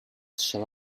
shall